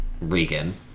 Regan